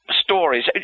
stories